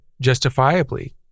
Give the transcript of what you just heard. justifiably